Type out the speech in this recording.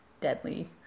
deadly